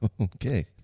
Okay